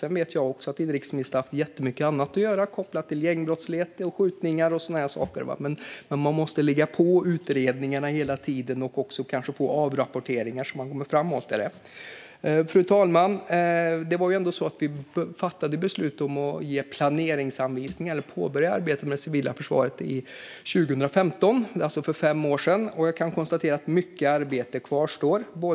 Jag vet att inrikesministern har haft jättemycket annat att göra kopplat till gängbrottslighet, skjutningar och annat, men man måste ligga på utredningarna hela tiden och kanske också få avrapporteringar så att man kommer framåt. Fru talman! Det var ju ändå så att vi 2015 fattade beslut om att ge planeringsanvisningar, eller om att påbörja arbetet med det civila försvaret. Det är alltså fem år sedan. Jag kan konstatera att mycket arbete återstår.